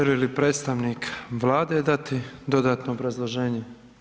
Želi li predstavnik Vlade dati dodatno obrazloženje?